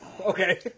Okay